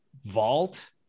vault